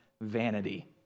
vanity